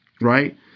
right